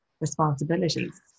responsibilities